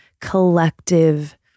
collective